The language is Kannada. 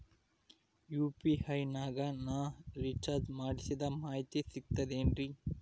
ಯು.ಪಿ.ಐ ನಾಗ ನಾ ರಿಚಾರ್ಜ್ ಮಾಡಿಸಿದ ಮಾಹಿತಿ ಸಿಕ್ತದೆ ಏನ್ರಿ?